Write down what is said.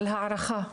על הערכה.